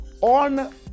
on